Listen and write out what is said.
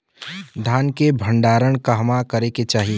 धान के भण्डारण कहवा करे के चाही?